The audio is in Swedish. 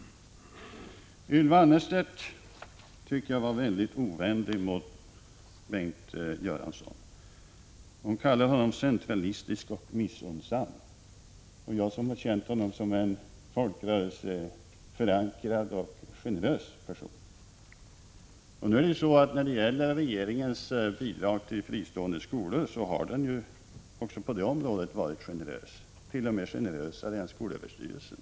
Jag tyckte att Ylva Annerstedt var mycket ovänlig mot Bengt Göransson. Hon kallade honom centralistisk och missunnsam. Jag har känt honom som en folkrörelseförankrad och generös person. När det gäller bidragen till fristående skolor har regeringen också varit generös, t.o.m. generösare än skolöverstyrelsen.